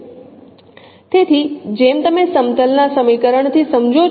તેથી જેમ તમે સમતલ ના સમીકરણથી સમજો છો